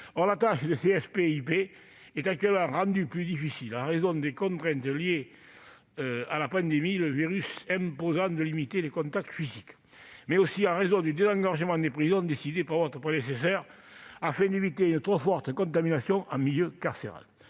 Or le travail des SPIP est rendu plus difficile, non seulement en raison des contraintes liées à la pandémie, le virus imposant de limiter les contacts physiques, mais aussi à cause du désengorgement des prisons, décidé par votre prédécesseur, afin d'éviter une trop forte contamination en milieu carcéral.